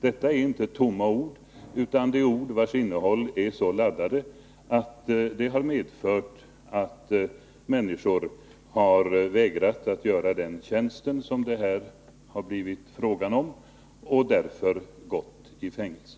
Det här är inte tomma ord utan ord vilkas innehåll är så laddat att det medfört att människor vägrat att fullgöra den tjänst som det är fråga om och därför fått gå i fängelse.